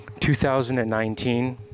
2019